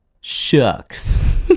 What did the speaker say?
shucks